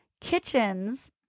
Kitchens